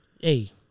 Hey